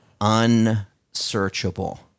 unsearchable